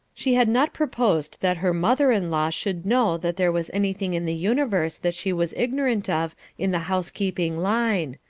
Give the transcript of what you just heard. she had not proposed that her mother-in-law should know that there was anything in the universe that she was ignorant of in the housekeeping line,